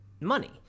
money